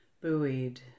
buoyed